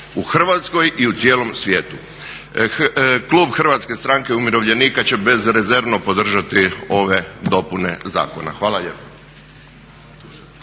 u Hrvatskoj i u cijelom svijetu. Klub Hrvatske stranke umirovljenika će bezrezervno podržati ove dopune zakona. Hvala lijepo.